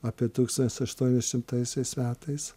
apie tūkstantis aštuoni šimtaisiais metais